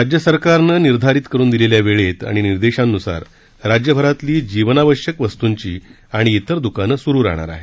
राज्य सरकारनं निर्धारित करून दिलेल्या वेळेत आणि निर्देशांन्सार राज्य भरातली जीवनावश्यक वस्तूंची आणि इतर द्रकानं सुरू राहणार आहे